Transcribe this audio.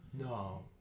No